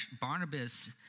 Barnabas